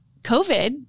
COVID